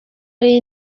ari